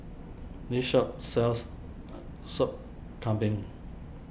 this shop sells a Sup Kambing